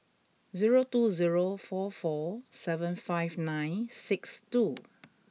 zero two zero four four seven five nine six two